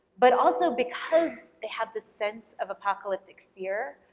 but also because they have this sense of apocalyptic fear,